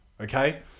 Okay